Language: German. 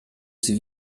sie